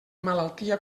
malaltia